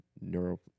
neuro